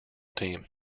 team